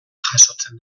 jasotzen